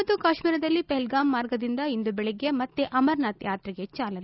ಜಮ್ನು ಮತ್ತು ಕಾಶ್ಮೀರದಲ್ಲಿ ಪೆಪಲ್ಗಾಮ್ ಮಾರ್ಗದಿಂದ ಇಂದು ಬೆಳಗ್ಗೆ ಮತ್ತೆ ಅಮರನಾಥ ಯಾತ್ರೆಗೆ ಚಾಲನೆ